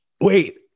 Wait